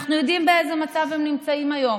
אנחנו יודעים באיזה מצב הם נמצאים היום.